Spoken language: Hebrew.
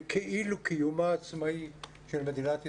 בקיומה העצמאי של מדינת ישראל,